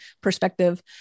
perspective